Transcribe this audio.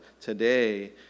today